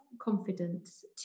confidence